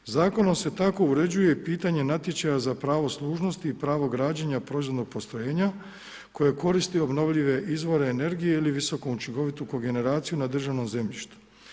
Zakonom se tako uređuje i pitanje natječaja za pravo služnosti i pravo građenja proizvodnog postrojenja koje koristi obnovljive izvore energije ili visoko učinkovitu kogeneraciju na državnom zemljištu.